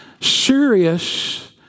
serious